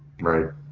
Right